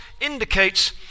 indicates